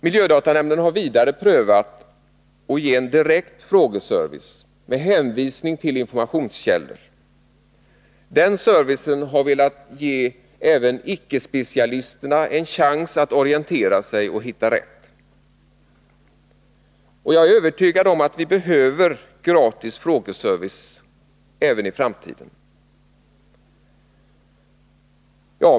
Miljödatanämnden har vidare prövat att ge en direkt frågeservice med hänvisning till informationskällor. Den servicen har velat ge även ickespecialisterna en chans att orientera sig och hitta rätt. Jag är övertygad om att vi behöver gratis frågeservice även i framtiden.